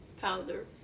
Powder